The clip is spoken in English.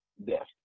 death